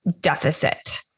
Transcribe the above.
deficit